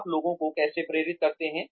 आप लोगों को कैसे प्रेरित करते हैं